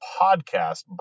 podcast